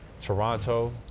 Toronto